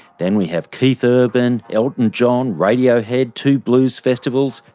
then we have keith urban, elton john, radiohead, two blues festivals.